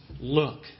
look